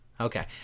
okay